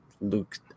Luke